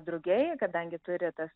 drugiai kadangi turi tas